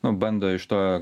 nu bando iš to